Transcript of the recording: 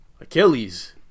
Achilles